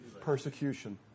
persecution